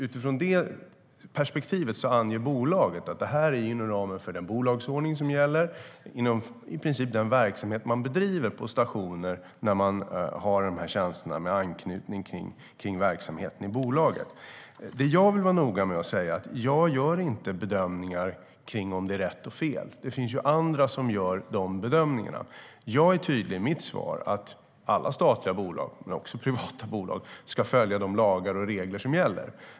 Utifrån detta perspektiv anger bolaget att det här är inom ramen för den bolagsordning som gäller inom i princip den verksamhet som man bedriver på stationer när man har dessa tjänster med anknytning till verksamheten i bolaget. Det jag vill vara noga med att säga är att jag inte gör bedömningar av om det är rätt eller fel. Det finns andra som gör de bedömningarna. Jag är i mitt svar tydlig med att alla statliga bolag, men också privata bolag, ska följa de lagar och regler som gäller.